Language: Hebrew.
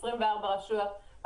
24 רשויות,